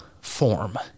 form